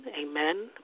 Amen